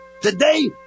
Today